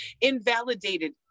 invalidated